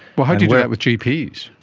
but how do you do that with gps?